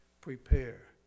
prepare